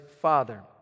father